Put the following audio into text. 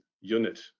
unit